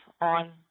on